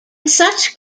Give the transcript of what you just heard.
such